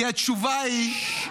כי התשובה היא הלחץ.